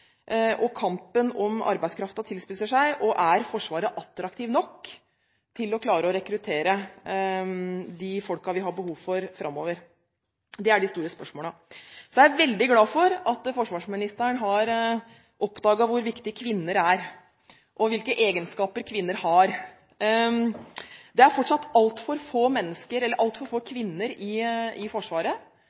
at kampen om arbeidskraften tilspisser seg. Er Forsvaret attraktivt nok til å klare å rekruttere de folkene vi har behov for framover? Det er det store spørsmålet. Så er jeg veldig glad for at forsvarsministeren har oppdaget hvor viktige kvinner er, og hvilke egenskaper kvinner har. Det er fortsatt altfor få kvinner i Forsvaret, og personlig må jeg bare innrømme at da vi hadde dette oppe på landsmøtet i